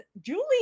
Julie